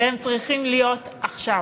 והם צריכים להיות עכשיו.